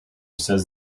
says